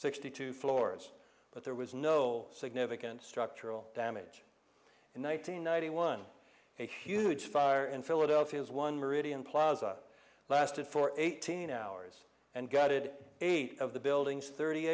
sixty two floors but there was no significant structural damage in one nine hundred ninety one a huge fire in philadelphia is one meridian plaza lasted for eighteen hours and gutted eight of the buildings thirty